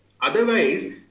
Otherwise